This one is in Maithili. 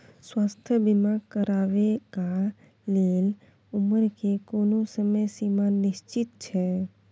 स्वास्थ्य बीमा करेवाक के लेल उमर के कोनो समय सीमा निश्चित छै?